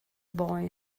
boy